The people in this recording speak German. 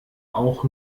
auch